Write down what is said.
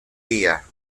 día